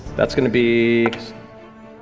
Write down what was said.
that's going to be